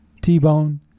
T-Bone